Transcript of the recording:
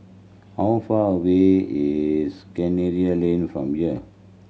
how far away is Kinara Lane from here